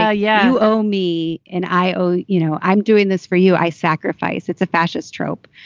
yeah yeah. oh, me and i. oh, you know, i'm doing this for you. i sacrifice. it's a fascist trope.